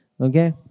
Okay